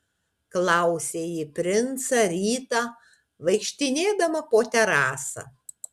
klausė ji princą rytą vaikštinėdama po terasą